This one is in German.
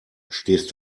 stehst